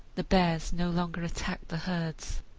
the bears no longer attacked the herds.